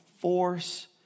force